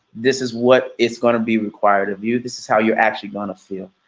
this is what is gonna be required of you. this is how you're actually gonna feel.